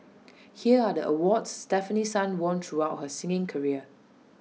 here are the awards Stefanie sun won throughout her singing career